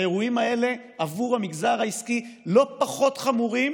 האירועים האלה עבור המגזר העסקי לא פחות חמורים